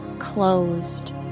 closed